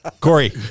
Corey